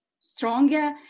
stronger